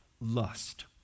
Lust